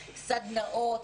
סדנאות,